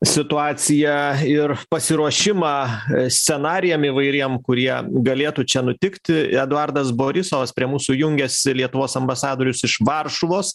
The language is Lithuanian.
situaciją ir pasiruošimą scenarijam įvairiem kurie galėtų čia nutikti eduardas borisovas prie mūsų jungiasi lietuvos ambasadorius iš varšuvos